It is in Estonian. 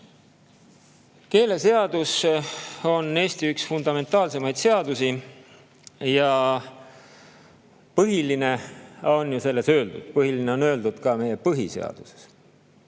Keeleseadus on Eesti üks fundamentaalsemaid seadusi ja põhiline on ju selles öeldud, põhiline on öeldud ka meie põhiseaduses.